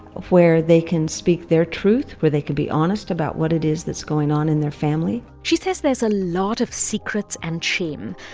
where they can speak their truth, where they can be honest about what it is that's going on in their family she says there's a lot of secrets and shame.